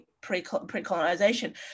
pre-colonization